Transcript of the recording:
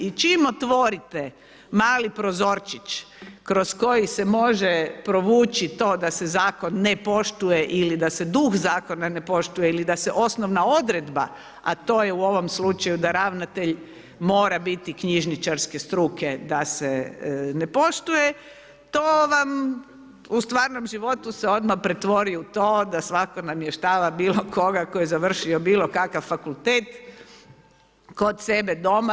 I čim otvorite mali prozorčić, kroz koji se može provući to da se zakon ne poštuje ili da se duh zakona ne poštuje ili da se osnovna odredba, a to je u ovom slučaju da ravnatelj mora biti knjižničarske struke da se ne poštuje, to vam, u stvarnom životu se odmah pretvori u to, da svatko namještava bilo koga, tko je završio bilo kakav fakultet kod sebe doma.